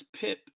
pip